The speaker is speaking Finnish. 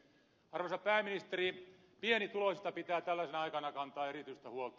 arvoisa pääministeri pienituloisista pitää tällaisena aikana kantaa erityistä huolta